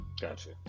gotcha